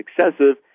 excessive